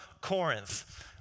Corinth